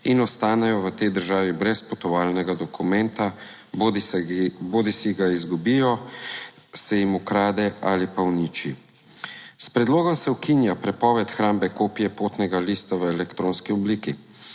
in ostanejo v tej državi brez potovalnega dokumenta, bodisi ga izgubijo, se jim ukrade ali pa uniči. S predlogom se ukinja prepoved hrambe kopije potnega lista v elektronski obliki.